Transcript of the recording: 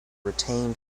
retained